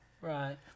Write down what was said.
Right